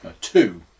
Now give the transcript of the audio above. two